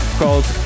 called